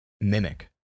mimic